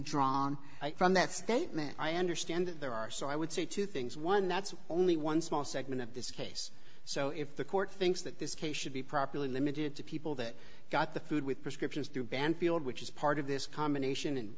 drawn from that statement i understand there are so i would say two things one that's only one small segment of this case so if the court thinks that this case should be properly limited to people that got the food with prescriptions through banfield which is part of this combination and